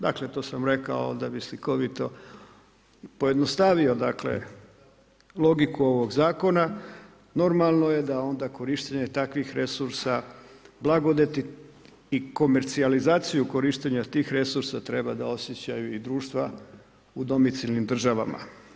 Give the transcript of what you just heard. Dakle, to sam rekao da bi slikovito pojednostavio logiku ovog zakona, normalno je da onda korištenje takvih resursa blagodati i komercijalizaciju tih resursa treba da osjećaju i društva u domicilnim državama.